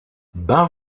ben